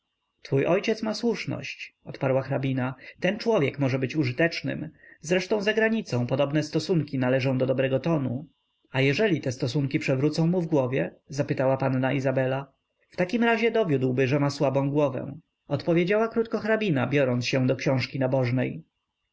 twój ojciec ma słuszność odparła hrabina ten człowiek może być użytecznym zresztą zagranicą podobne stosunki należą do dobrego tonu a jeżeli te stosunki przewrócą mu w głowie spytała panna izabela w takim razie dowiódłby że ma słabą głowę odpowiedziała krótko hrabina biorąc się do książki nabożnej